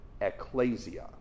ecclesia